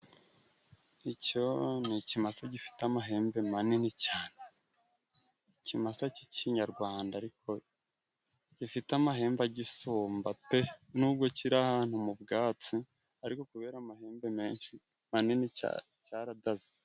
Icyo ni ikimasa gifite amahembe manini cyane. Ikimasa cy'ikinyarwanda ariko gifite amahembe agisumba pe! Nubwo kiri ahantu mu bwatsi ariko kubera amahembe menshi manini cyane, cyaradaze.